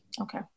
okay